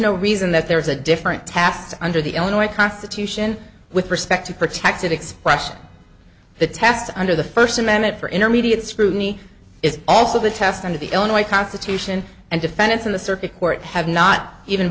no reason that there is a different taft under the illinois constitution with respect to protected expression the test under the first amendment for intermediate scrutiny is also the test under the illinois constitution and defendants in the circuit court have not even